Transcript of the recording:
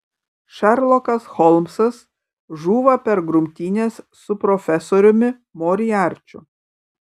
šerlokas holmsas žūva per grumtynes su profesoriumi moriarčiu